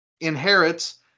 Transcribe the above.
inherits